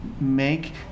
make